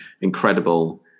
incredible